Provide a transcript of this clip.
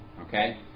Okay